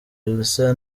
elsa